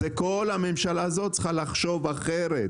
זה כל הממשלה הזאת צריכה לחשוב אחרת